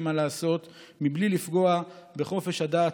מה לעשות מבלי לפגוע בחופש הדת